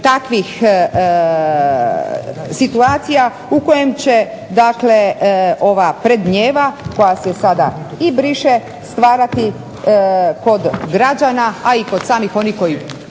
takvih situacija u kojem će, dakle ova predmijeva koja se sada i briše stvarati kod građana, a i kod samih onih koji